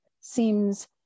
seems